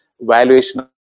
valuation